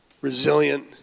resilient